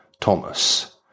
Thomas